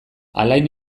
alain